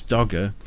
Dogger